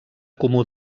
comú